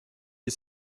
you